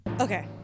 Okay